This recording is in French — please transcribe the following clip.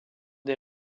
des